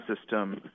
system